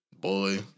Boy